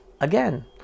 Again